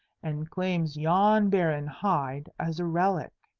and claims yon barren hide as a relic.